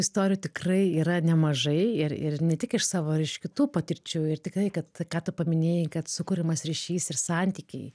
istorijų tikrai yra nemažai ir ir ne tik iš savo ir iš kitų patirčių ir tikrai kad ką tu paminėjai kad sukuriamas ryšys ir santykiai